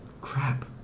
Crap